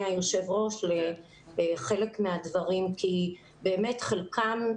היושב ראש לחלק מהדברים כי באמת חלקם,